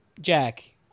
Jack